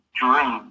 dream